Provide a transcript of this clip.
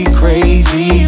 crazy